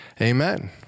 Amen